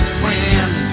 friend